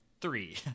three